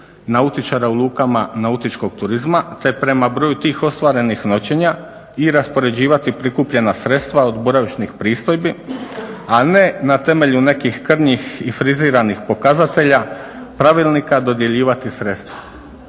nautičara u lukama nautičkog turizma te prema broju tih ostvarenih noćenja i raspoređivati prikupljena sredstva od boravišnih pristojbi a ne na temelju nekih krnjih i friziranih pokazatelja pravilnika dodjeljivati sredstva.